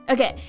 Okay